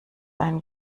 einen